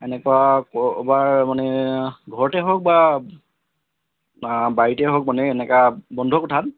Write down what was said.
এনেকুৱা ক'ৰবাৰ মানে ঘৰতে হওক বা বা বাৰীতে হওক এনেকুৱা বন্ধ কোঠাত